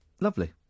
Lovely